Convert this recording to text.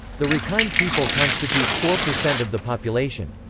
the rakhine people constitute four percent of the population.